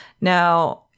Now